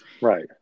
Right